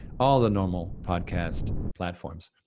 all the normal podcast platforms.